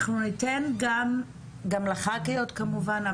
אנחנו ניתן גם לח"כיות כמובן,